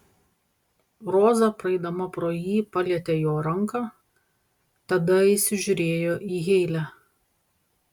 roza praeidama pro jį palietė jo ranką tada įsižiūrėjo į heile